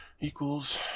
equals